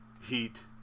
heat